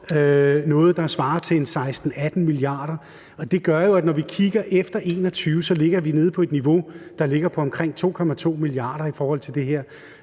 noget, der svarer til 16-18 mia. kr. Det gør jo, at når vi kigger efter 2021, ligger vi nede på et niveau, der ligger på omkring 2,2 mia. kr. i forhold til det her,